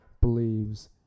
believes